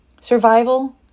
Survival